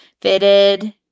fitted